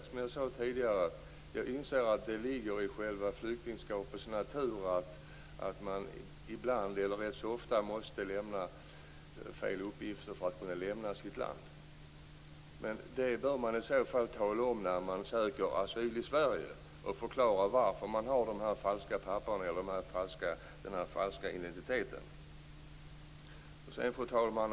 Som jag sade tidigare inser jag att det ligger i själva flyktingskapets natur att man rätt så ofta måste lämna felaktiga uppgifter för att kunna lämna sitt land. Det bör man i så fall tala om när man söker asyl i Sverige och förklara varför man har falska papper eller en falsk identitet. Fru talman!